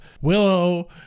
Willow